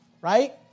right